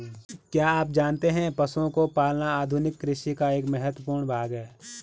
क्या आप जानते है पशुओं को पालना आधुनिक कृषि का एक महत्वपूर्ण भाग है?